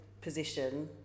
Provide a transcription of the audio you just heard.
position